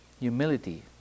Humility